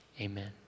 amen